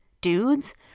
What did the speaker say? dudes